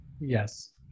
Yes